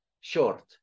short